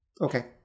Okay